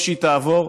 טוב שהיא תעבור